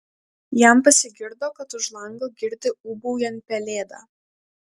jam pasigirdo kad už lango girdi ūbaujant pelėdą